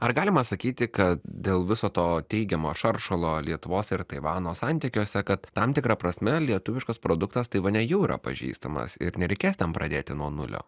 ar galima sakyti kad dėl viso to teigiamo šaršalo lietuvos ir taivano santykiuose kad tam tikra prasme lietuviškas produktas taivane jau yra pažįstamas ir nereikės ten pradėti nuo nulio